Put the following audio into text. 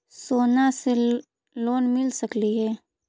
सोना से लोन मिल सकली हे?